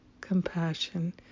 compassion